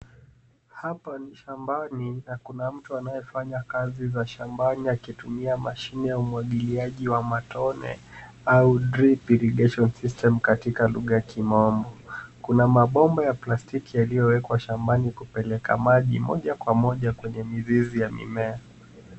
Hapa ni shambani na kuna mtu anaye fanya kazi za shambani akitumia mashine ya umwagiliaji wa matone au drip irrigation system katika lugha ya kimombo. Kuna mabomba ya plastiki yaliyowekwa shambani kupeleka maji moja kwa moja kwenye mizizi ya mimea.